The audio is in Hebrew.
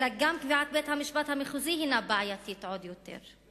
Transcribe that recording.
אלא גם קביעת בית-המשפט המחוזי הינה בעייתית עוד יותר.